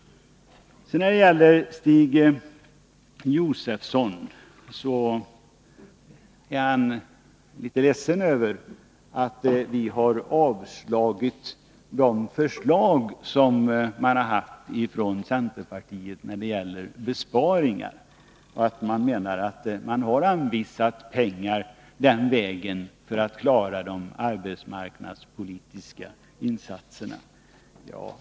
Stig Josefson är litet ledsen över att vi vill avslå de förslag som centerpartiet har haft när det gäller besparingar. Centern menar att man har anvisat pengar den vägen för att klara de arbetsmarknadspolitiska insatserna.